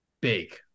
big